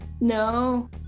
No